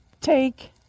take